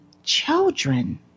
children